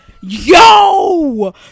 Yo